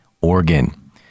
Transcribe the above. organ